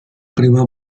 prima